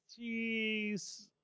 jeez